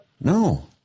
no